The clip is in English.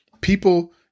people